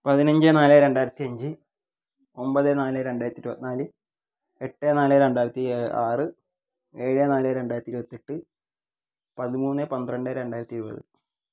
പതിനഞ്ച് നാല് രണ്ടായിരത്തി അഞ്ച് ഒന്പത് നാല് രണ്ടായിരത്തി ഇരുപത്തി നാല് എട്ട് നാല് രണ്ടായിരത്തി ആറ് ഏഴ് നാല് രണ്ടായിരത്തി ഇരുപതെട്ട് പതിമൂന്ന് പന്ത്രണ്ട് രണ്ടായിരത്തി ഇരുപത്